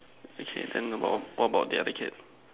okay then what what about the other kid